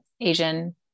Asian